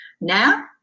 Now